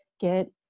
get